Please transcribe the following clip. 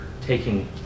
taking